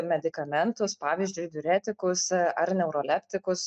medikamentus pavyzdžiui diuretikus ar neuroleptikus